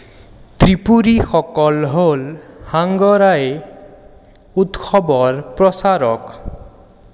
ত্ৰিপুৰীসকল হ'ল হাংগৰাই উৎসৱৰ প্ৰচাৰক